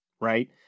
right